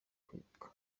kwibuka